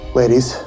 ladies